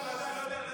מה עשיתי עכשיו?